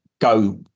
go